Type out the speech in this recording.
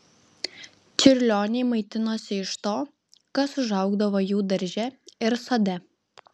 čiurlioniai maitinosi iš to kas užaugdavo jų darže ir sode